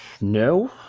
No